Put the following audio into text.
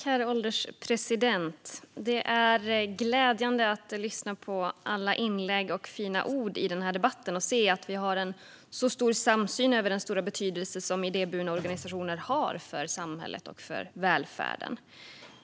Herr ålderspresident! Det är glädjande att lyssna på alla inlägg och fina ord i denna debatt och se att vi har en stor samsyn om den stora betydelse som idéburna organisationer har för samhället och för välfärden.